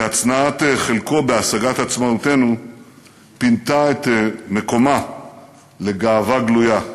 כי הצנעת חלקו בהשגת עצמאותנו פינתה את מקומה לגאווה גלויה.